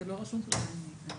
בבקשה.